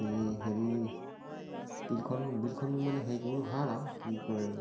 এই হেৰি বিলখন বিলখন মানে হেৰি কৰিবলৈ ভাল আৰু কি কয়